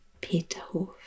Peterhof